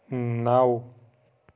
نَو